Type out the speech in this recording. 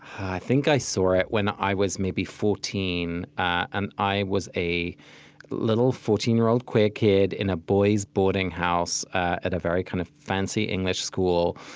i think i saw it when i was maybe fourteen. and i was a little fourteen year old queer kid in a boys' boarding house at a very kind of fancy english school,